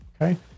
Okay